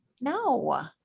No